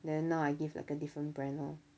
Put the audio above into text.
then now I give like a different brand orh